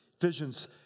Visions